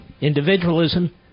individualism